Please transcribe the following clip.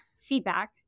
feedback